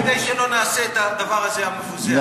כדי שלא נעשה את הדבר המבוזה הזה,